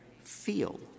feel